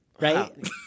right